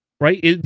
right